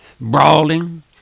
brawling